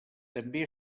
també